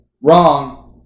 wrong